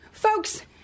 Folks